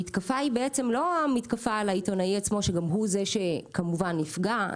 המתקפה היא בעצם לא המתקפה על העיתונאי עצמו שגם הוא זה שכמובן נפגע,